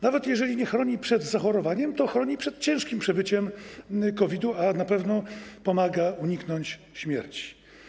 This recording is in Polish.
Nawet jeżeli nie chroni przed zachorowaniem, to chroni przed ciężkim przebyciem COVID-u, a na pewno pomaga uniknąć śmierci.